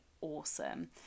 awesome